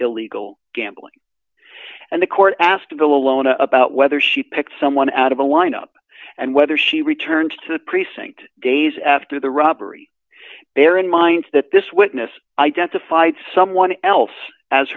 illegal gambling and the court asked to go alone about whether she picked someone out of a lineup and whether she returned to the precinct days after the robbery bear in mind that this witness identified someone else as